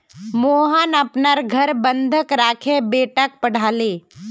मोहन अपनार घर बंधक राखे बेटाक पढ़ाले